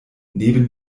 neben